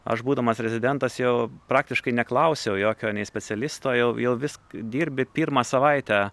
aš būdamas rezidentas jau praktiškai neklausiau jokio specialisto jau jau visk dirbi pirmą savaitę